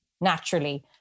naturally